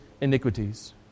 iniquities